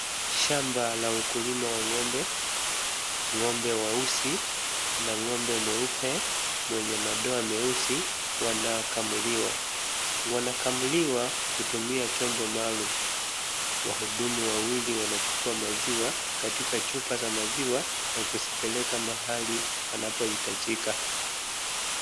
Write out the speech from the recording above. Shamba la ukulima wa ng'ombe, ng'ombe weusi na ng'ombe mweupe mwenye madoa meusi wanakamuliwa. Wanakamuliwa kutumia chombo maalum. Wahudumu wawili wanachukua maziwa katika chupa za maziwa na kuzipeleka mahali panapohitajika.